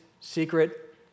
secret